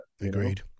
Agreed